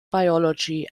biology